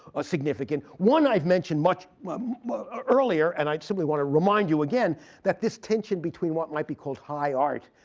ah and one i've mentioned much but ah earlier. and i simply want to remind you again that this tension between what might be called high art,